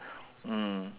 mm